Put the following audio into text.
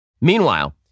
Meanwhile